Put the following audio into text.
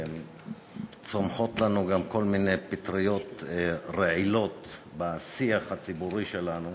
צומחות לנו גם כל מיני פטריות רעילות בשיח הציבורי שלנו,